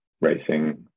racing